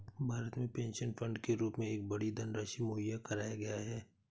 भारत में pension fund के रूप में एक बड़ी धनराशि मुहैया कराया गया है